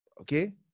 Okay